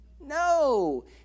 No